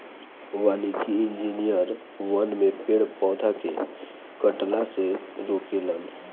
वानिकी इंजिनियर वन में पेड़ पौधा के कटला से रोके लन